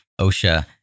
OSHA